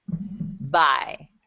Bye